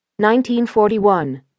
1941